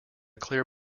clear